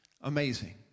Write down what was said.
amazing